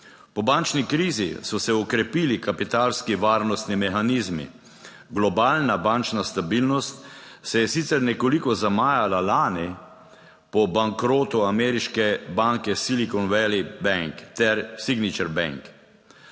po bančni krizi. So se okrepili kapitalski varnostni mehanizmi. Globalna bančna stabilnost se je sicer nekoliko zamajala lani. Po bankrotu ameriške banke Silicon Valley Bank ter Signature bank.